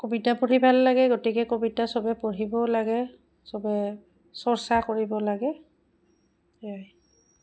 কবিতা পঢ়ি ভাল লাগে গতিকে কবিতা চবে পঢ়িবও লাগে চবে চৰ্চা কৰিব লাগে সেয়াই